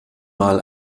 mal